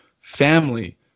family